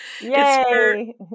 Yay